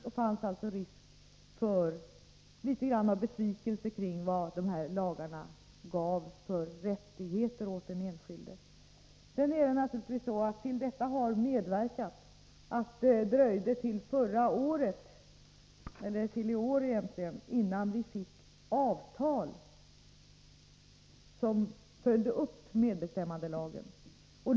Det fanns alltså en viss risk för besvikelse över vilka rättigheter de här lagarna gav åt den enskilde. Till detta har naturligtvis medverkat att det dröjde till förra året — egentligen ända till i år — innan vi fick avtal som följde upp medbestämmandelagen.